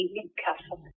Castle